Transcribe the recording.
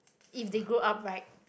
if they grow up right